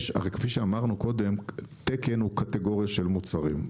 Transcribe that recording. כפי שאמרנו קודם, תקן הוא קטגוריה של מוצרים.